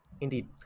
Indeed